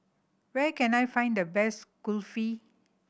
where can I find the best Kulfi